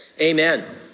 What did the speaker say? amen